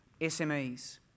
SMEs